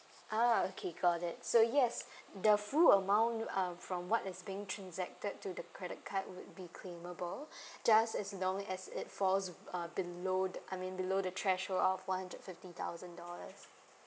ah okay got it so yes the full amount uh from what is being transacted to the credit card would be claimable just as long as it falls uh below the I mean below the threshold [one] hundred fifty thousand dollars